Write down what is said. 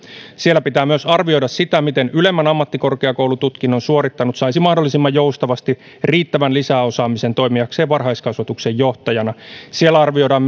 siellä pitää myös arvioida sitä miten ylemmän ammattikorkeakoulututkinnon suorittanut saisi mahdollisimman joustavasti riittävän lisäosaamisen toimiakseen varhaiskasvatuksen johtajana siellä arvioidaan